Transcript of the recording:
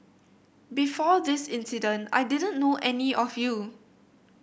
before this incident I didn't know any of you